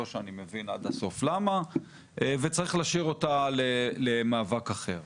לא שאני מבין עד הסוף למה וצריך להשאיר אותה למאבק אחר.